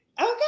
Okay